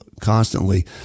constantly